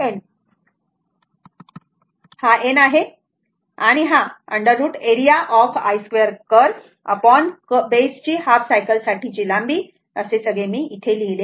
हा n आहे बरोबर आणि हा 2√area ऑफ i 2 कर्व बेसची हाप सायकल साठीची लांबी असे सगळे मी लिहिले आहे